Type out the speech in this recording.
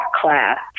class